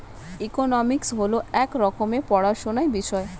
economics হল এক রকমের পড়াশোনার বিষয়